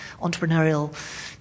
entrepreneurial